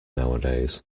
nowadays